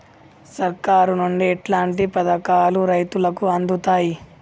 సర్కారు నుండి ఎట్లాంటి పథకాలు రైతులకి అందుతయ్?